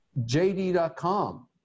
JD.com